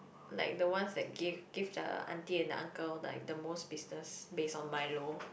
like the one I give give the aunty and uncle like the most business base on my law